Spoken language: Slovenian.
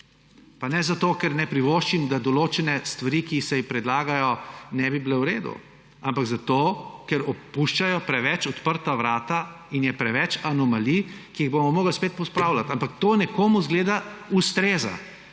Pa ne zato, ker ne privoščim, da določene stvari, ki se predlagajo, ne bi bile v redu; ampak zato, ker puščajo preveč odprta vrata in je preveč anomalij, ki jih bomo morali spet pospravljati. Ampak to nekomu, izgleda, ustreza,